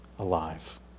Alive